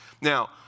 Now